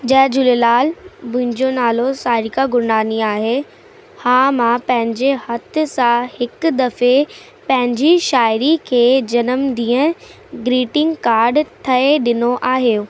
जय झूलेलाल मुंहिंजो नालो सारिका गुरनानी आहे हा मां पंहिंजे हथ सां हिकु दफ़े पंहिंजी शायरी खे जनमॾींहं ग्रीटिंग कार्ड ठहे ॾिनो आहियो